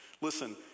Listen